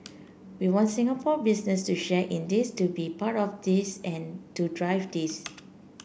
we want Singapore business to share in this to be part of this and to drive this